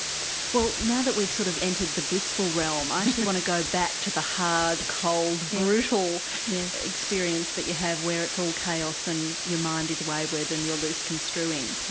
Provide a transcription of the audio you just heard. well now that we've sort of entered the blissful realm, i actually want to go back to the hard, cold, brutal experience that you have where it's all chaos and your mind is wayward and you're loose-construing.